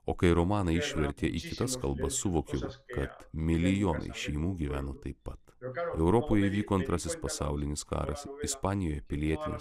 o kai romaną išvertė į kitas kalbas suvokiau kad milijonai šeimų gyveno taip pat europoje įvyko antrasis pasaulinis karas ispanijoje pilietinis